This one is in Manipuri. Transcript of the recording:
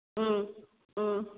ꯎꯝ ꯎꯝ